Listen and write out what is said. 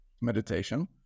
Meditation